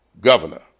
governor